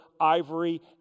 ivory